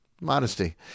Modesty